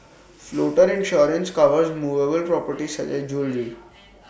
floater insurance covers movable properties such as jewellery